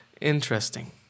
interesting